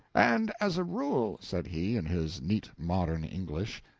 and as a rule, said he, in his neat modern english,